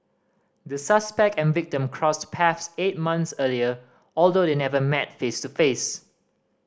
the suspect and victim crossed paths eight months earlier although they never met face to face